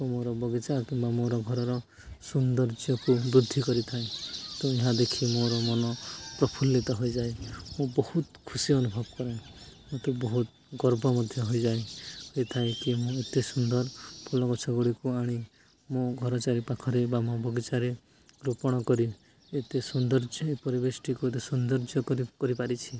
ତ ମୋର ବଗିଚା କିମ୍ବା ମୋର ଘରର ସୌନ୍ଦର୍ଯ୍ୟକୁ ବୃଦ୍ଧି କରିଥାଏ ତ ଏହା ଦେଖି ମୋର ମନ ପ୍ରଫୁଲ୍ଲିତ ହୋଇଯାଏ ମୁଁ ବହୁତ ଖୁସି ଅନୁଭବ କରେ ମତେ ବହୁତ ଗର୍ବ ମଧ୍ୟ ହୋଇଯାଏ ଏଥାଏ କି ମୁଁ ଏତେ ସୁନ୍ଦର ଫୁଲ ଗଛଗୁଡ଼ିକୁ ଆଣି ମୋ ଘର ଚାରି ପାାଖରେ ବା ମୋ ବଗିଚାରେ ରୋପଣ କରି ଏତେ ସୌନ୍ଦର୍ଯ୍ୟ ଏ ପରିବେଶଟିକୁ ଏତେ ସୌନ୍ଦର୍ଯ୍ୟ କରି କରିପାରିଛି